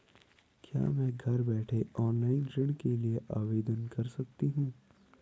क्या मैं घर बैठे ऑनलाइन ऋण के लिए आवेदन कर सकती हूँ?